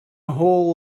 whole